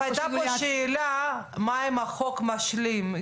אגב, הייתה פה שאלה מה עם החוק המשלים.